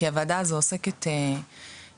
כי הוועדה הזו עוסקת לא